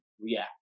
react